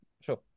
sure